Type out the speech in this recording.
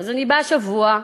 ואז אני באה שבוע נוסף,